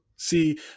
See